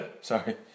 Sorry